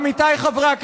עמיתיי חברי הכנסת,